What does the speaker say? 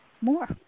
more